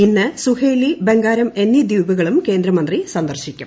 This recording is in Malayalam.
ഇന്ന് സുഹെലി ബംഗാരം എന്നീ ദ്വീപുകളും കേന്ദ്രമന്ത്രി സന്ദർശിക്കും